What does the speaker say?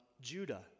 Judah